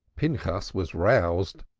pinchas was roused,